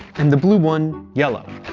and the blue one yellow.